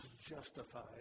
justified